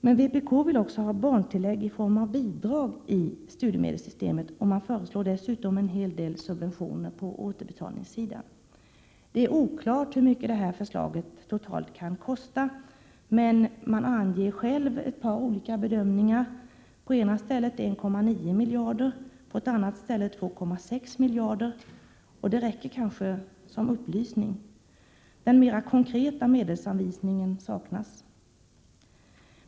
Men vpk vill också ha barntillägg i form av bidrag i studiemedelssystemet, och man föreslår dessutom en hel del subventioner på återbetalningssidan. Det är oklart hur mycket förslaget totalt kan kosta, men man anger själv ett par olika bedömningar, på ett ställe 1,9 miljarder, på ett annat ställe 2,6 miljarder, och det räcker kanske som upplysning. Den mera konkreta medelsanvisningen saknas.